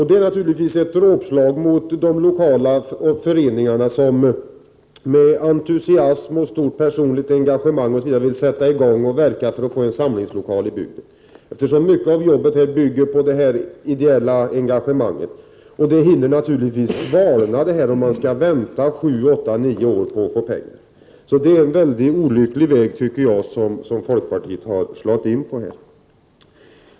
Det är naturligtvis ett dråpslag mot de lokala föreningar som med entusiasm och stort personligt engagemang vill sätta i gång med verksamheten och få en samlingslokal i bygden, eftersom mycket av arbetet bygger på det ideella engagemanget. Och det hinner svalna om man måste vänta sju, åtta eller nio år för att få pengar. Det är en mycket olycklig väg som folkpartiet slagit in på.